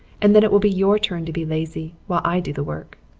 and then it will be your turn to be lazy while i do the work.